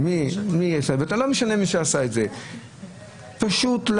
פתאום כל צוותי